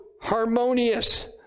harmonious